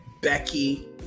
Becky